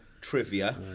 trivia